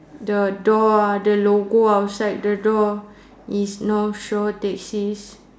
the door the logo outside the door is north shore taxis